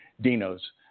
Dino's